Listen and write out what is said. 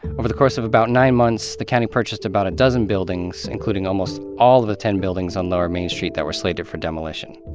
over the course of about nine months, the county purchased about a dozen buildings, including almost all of the ten buildings on lower main street that were slated for demolition.